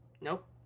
Nope